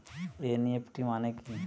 NEFT মনে কি?